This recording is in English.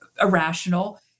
irrational